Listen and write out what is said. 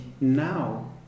now